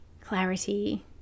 clarity